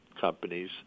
companies